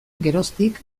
geroztik